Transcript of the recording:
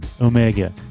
Omega